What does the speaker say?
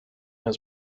his